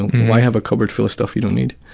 why have a cupboard full of stuff you don't need?